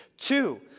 Two